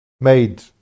made